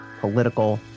political